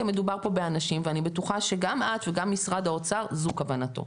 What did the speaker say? כי מדובר פה באנשים ואני בטוחה שגם את וגם משרד האוצר זו כוונתו.